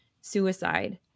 suicide